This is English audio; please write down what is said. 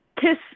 kiss